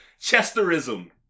Chesterism